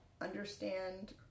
understand